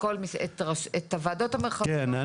את הוועדות המרחביות --- כן,